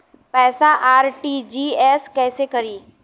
पैसा आर.टी.जी.एस कैसे करी?